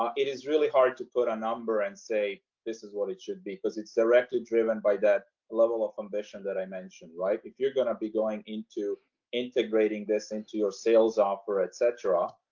um it is really hard to put a number and say this is what it should be because it's directly driven by that level of ambition that i mentioned. right? if you're going to be going into integrating this into your sales offer, etc.